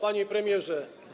Panie Premierze!